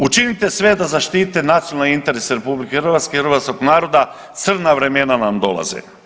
Učinite sve da zaštite nacionalne interese RH, hrvatskog naroda, crna vremena vam dolaze.